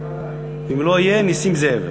ואם לא יהיה, נסים זאב.